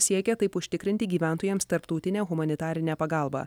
siekia taip užtikrinti gyventojams tarptautinę humanitarinę pagalbą